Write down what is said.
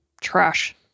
trash